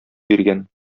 биргән